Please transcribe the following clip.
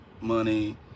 money